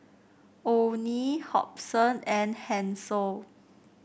Onie Hobson and Hansel